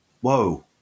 Whoa